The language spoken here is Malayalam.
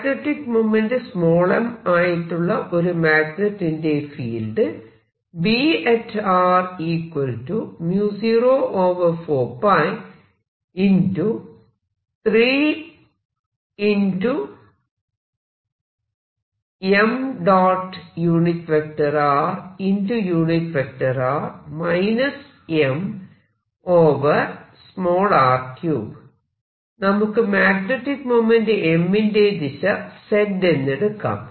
മാഗ്നെറ്റിക് മോമെന്റ്റ് m ആയിട്ടുള്ള ഒരു മാഗ്നെറ്റിന്റെ ഫീൽഡ് നമുക്ക് മാഗ്നെറ്റിക് മോമെന്റ്റ് m ന്റെ ദിശ Z എന്നെടുക്കാം